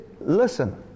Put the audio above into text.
listen